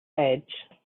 edge